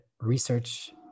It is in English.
research